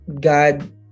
God